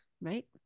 right